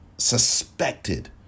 suspected